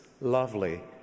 lovely